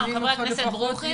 חבר הכנסת ברוכי.